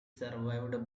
survived